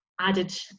added